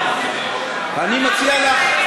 אני משוכנעת שלא.